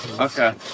okay